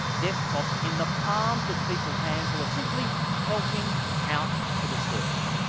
desktops, in the palms of people's hands who are simply helping out for the search.